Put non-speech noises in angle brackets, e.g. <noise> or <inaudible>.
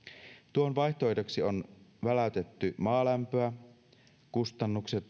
tuon vaihtoehdoksi on väläytetty maalämpöä kustannukset <unintelligible>